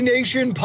Nation